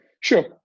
Sure